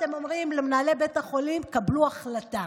אתם אומרים למנהלי בתי החולים: קבלו החלטה,